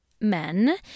men